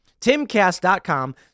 TimCast.com